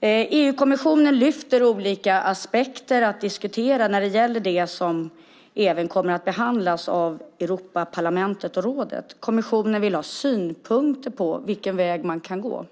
EU-kommissionen lyfter fram olika aspekter att diskutera när det gäller det som även kommer att behandlas av Europaparlamentet och rådet. Kommissionen vill ha synpunkter på vilken väg man kan gå.